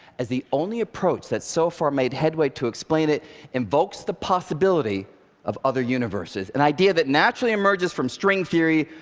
as the only approach that's so far made headway to explain it invokes the possibility of other universes an idea that naturally emerges from string theory,